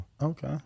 Okay